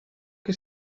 che